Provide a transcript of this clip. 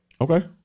Okay